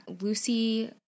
Lucy